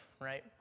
right